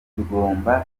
tugomba